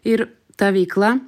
ir ta veikla